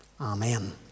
Amen